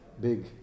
big